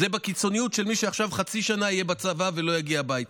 זה במקרה הקיצוני של מי שעכשיו יהיה חצי שנה בצבא ולא יגיע הביתה.